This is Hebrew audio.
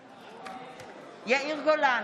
בעד יאיר גולן,